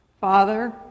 Father